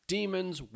Demons